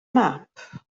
map